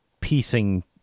piecing